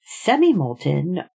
semi-molten